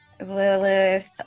Lilith